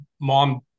mom